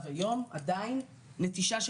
שלי אני אצטרך ללכת להלוויה של עובדת